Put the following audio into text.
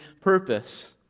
purpose